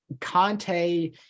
Conte